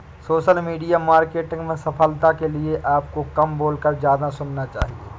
social media marketing में सफलता के लिए आपको कम बोलकर ज्यादा सुनना चाहिए